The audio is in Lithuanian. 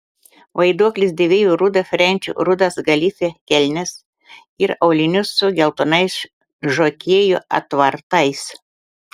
vaiduoklis dėvėjo rudą frenčių rudas galifė kelnes ir aulinius su geltonais žokėjų atvartais